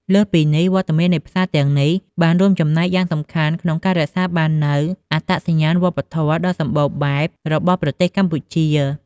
លើសពីនេះ វត្តមាននៃផ្សារទាំងនេះបានរួមចំណែកយ៉ាងសំខាន់ក្នុងការរក្សាបាននូវអត្តសញ្ញាណវប្បធម៌ដ៏សម្បូរបែបរបស់ប្រទេសកម្ពុជា។